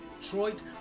Detroit